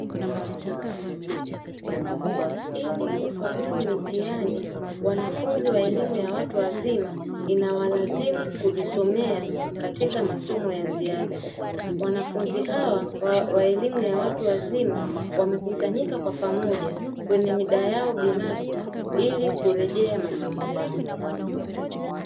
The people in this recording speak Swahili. Ili kufaulu mitihani, wanafunzi wa elimu ya watu wazima inawalazimu kujisomea katika masomo ya ziada. Wanafunzi hawa wa elimu ya watu wazima wamekusanyika kwa pamoja kwenye mida yao binafsi ili kurejea masomo yao.